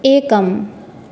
एकम्